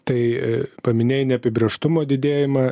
tai i paminėjai neapibrėžtumo didėjimą